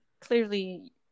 clearly